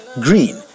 Green